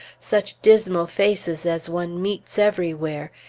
such dismal faces as one meets everywhere!